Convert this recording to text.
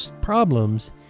problems